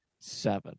Seven